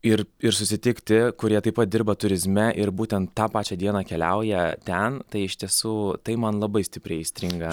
ir ir susitikti kurie taip pat dirba turizme ir būtent tą pačią dieną keliauja ten tai iš tiesų tai man labai stipriai įstrigo